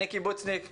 אני קיבוצניק חילוני,